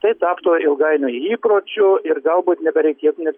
tai taptų ilgainiui įpročiu ir galbūt nebereikėtų net